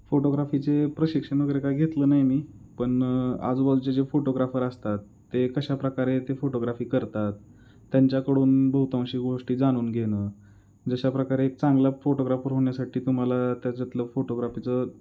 फोटोग्राफीचे प्रशिक्षण वगैरे काय घेतलं नाही मी पण आजूबाजूचे जे फोटोग्राफर असतात ते कशाप्रकारे ते फोटोग्राफी करतात त्यांच्याकडून बहुतांशी गोष्टी जाणून घेणं जशाप्रकारे चांगला फोटोग्राफर होण्यासाठी तुम्हाला त्याच्यातलं फोटोग्राफीचं